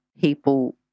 people